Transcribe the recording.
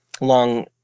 long